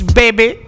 baby